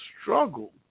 struggle